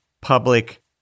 public